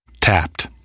Tapped